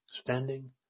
standing